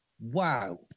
wow